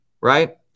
Right